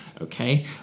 okay